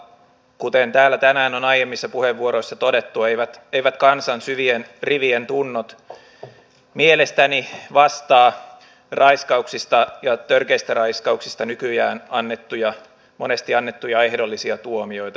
kuten täällä tänään on aiemmissa puheenvuoroissa todettu eivät kansan syvien rivien tunnot mielestäni vastaa raiskauksista ja törkeistä raiskauksista nykyään monesti annettuja ehdollisia tuomioita